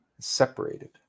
separated